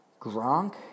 Gronk